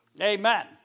Amen